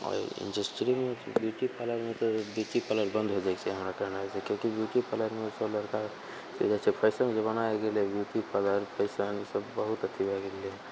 आओर जैसे शुरूमे ब्यूटी पार्लरमे तऽ ब्यूटी पार्लर बन्द होइ जाइ छै हमरा कहनाइसँ किएक कि ब्यूटी पार्लरमे सब लड़िका चलि जाइ छै फैशनके जमाना आइ गेलय ब्यूटी पार्लर फैशन ईसब बहुत अथी भए गेलय